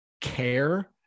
care